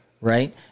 right